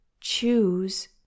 Choose